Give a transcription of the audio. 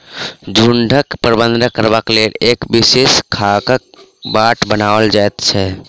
झुंडक प्रबंधन करबाक लेल एक विशेष खाकाक बाट बनाओल जाइत छै